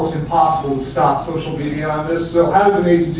um stop social media, and so